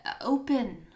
open